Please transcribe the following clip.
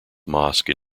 mosque